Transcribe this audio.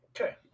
Okay